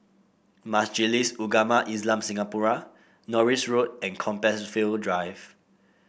Majlis Ugama Islam Singapura Norris Road and Compassvale Drive